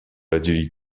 radzili